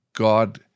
God